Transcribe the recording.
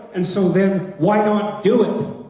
and so then why not do it?